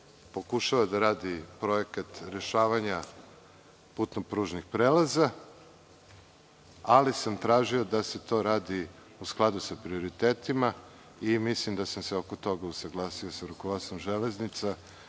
pokušava da radi projekat rešavanja putno-pružnih prelaza, ali sam tražio da se to radi u skladu sa prioritetima i mislim da sam se oko toga usaglasio sa rukovodstvom „Železnica“,